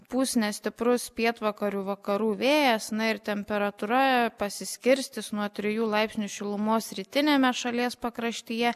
pūs nestiprus pietvakarių vakarų vėjas na ir temperatūra pasiskirstys nuo trijų laipsnių šilumos rytiniame šalies pakraštyje